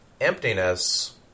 Emptiness